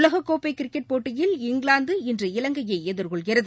உலகக்கோப்பைகிரிக்கெட் போட்டியில் இங்கிலாந்து இன்று இலங்கையைஎதிர்கொள்கிறது